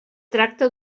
tracta